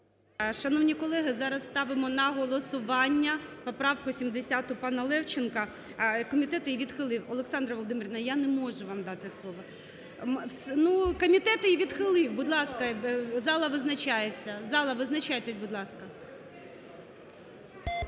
Шановні колеги, зараз ставимо на голосування поправку 70, пана Левченка. Комітет її відхилив. Олександра Володимирівна, я не можу вам дати слова. Ну, комітет її відхилив. Будь ласка, зала визначається.